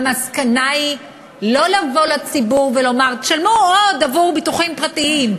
המסקנה היא לא לבוא לציבור ולומר: תשלמו עוד עבור ביטוחים פרטיים,